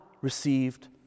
received